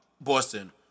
Boston